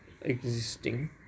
existing